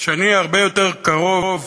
שאני הרבה יותר קרוב